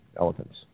elephants